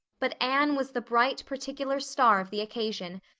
but anne was the bright particular star of the occasion,